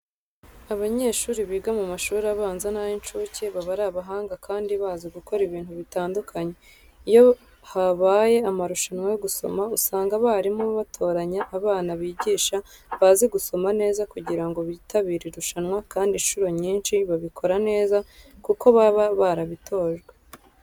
Abanyeshuri biga mu mashuri abanza n'ay'incuke baba ari abahanga kandi bazi gukora ibintu bitandukanye. Iyo habaye amarushanwa yo gusomo usanga abarimu batoranya abana bigisha bazi gusoma neza kugira ngo bitabire irushanwa kandi inshuro nyinshi babikora neza kuko baba barabitojwe.